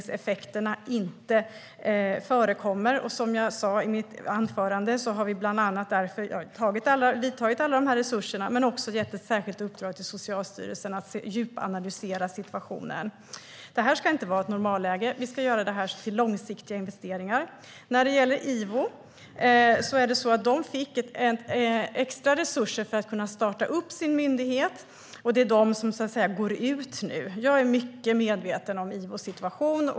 Som jag sa i mitt anförande har vi bland annat därför beslutat om alla de här resurserna, men också gett ett särskilt uppdrag till Socialstyrelsen att djupanalysera situationen. Detta ska inte vara ett normalläge. Vi ska göra det här till långsiktiga investeringar. Ivo fick extra resurser för att kunna starta upp sin myndighet, och det är de som så att säga går ut nu. Jag är väl medveten om Ivos situation.